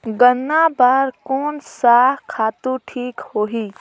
गन्ना बार कोन सा खातु ठीक होही?